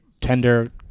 tender